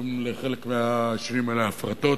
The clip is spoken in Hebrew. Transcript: קוראים לחלק מהשינויים האלה "הפרטות",